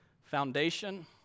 foundation